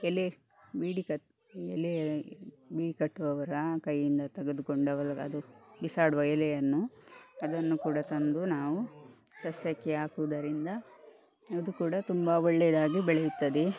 ಎಲೆ ಬೀಡಿ ಕತ್ ಎಲೆ ಬೀಡಿಕಟ್ಟುವವರ ಕೈಯಿಂದ ತೆಗೆದುಕೊಂಡವಲ್ಗ ಅದು ಬಿಸಾಡುವ ಎಲೆಯನ್ನು ಅದನ್ನು ಕೂಡ ತಂದು ನಾವು ಸಸ್ಯಕ್ಕೆ ಹಾಕುವುದರಿಂದ ಅದು ಕೂಡ ತುಂಬ ಒಳ್ಳೆಯದಾಗಿ ಬೆಳೆಯುತ್ತದೆ